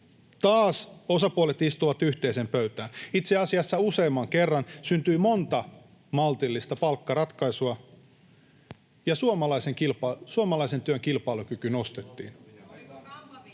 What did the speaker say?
Taas osapuolet istuivat yhteiseen pöytään, itse asiassa useamman kerran, ja syntyi monta maltillista palkkaratkaisua, ja suomalaisen työn kilpailukykyä nostettiin.